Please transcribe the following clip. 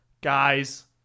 guys